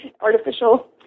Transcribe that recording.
artificial